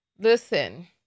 listen